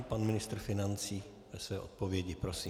Pan ministr financí ke své odpovědi, prosím.